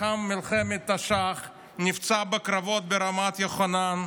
לחם במלחמת תש"ח ונפצע בקרבות ברמת יוחנן,